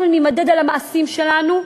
אנחנו נימדד על המעשים שלנו,